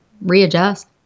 readjust